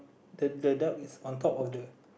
the the duck is on top of the